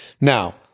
Now